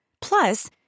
Plus